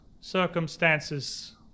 circumstances